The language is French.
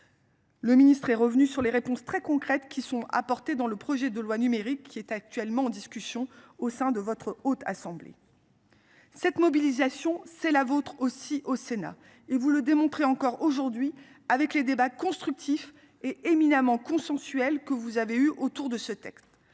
Le ministre est revenu sur les réponses très concrètes qui sont apportées dans le projet de loi numérique qui est actuellement en discussion au sein de votre haute assemblée. Cette mobilisation, c'est la vôtre aussi au Sénat et vous le démontrer encore aujourd'hui avec les débats constructifs est éminemment consensuelle que vous avez eu autour de ce texte.